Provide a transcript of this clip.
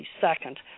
second